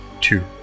Two